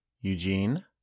Eugene